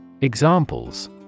Examples